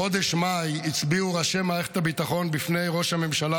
בחודש מאי הצביעו ראשי מערכת הביטחון בפני ראש הממשלה,